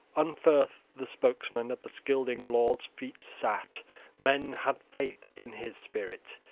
unferth the spokesman at the scylding lord's feet sat men had faith in his spirit,